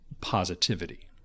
positivity